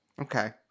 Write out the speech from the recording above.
Okay